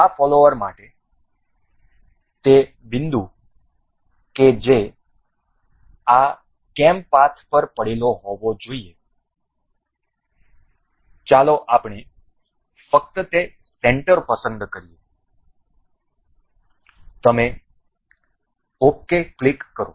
આ ફોલોવર માટે તે બિંદુ કે જે આ કેમ પાથ પર પડેલો હોવો જોઈએ ચાલો આપણે ફક્ત તે સેન્ટર પસંદ કરીએ તમે ok ક્લિક કરો